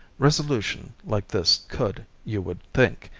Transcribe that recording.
resolution like this could, you would think,